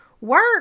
work